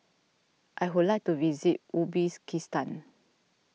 I would like to visit Uzbekistan